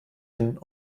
hin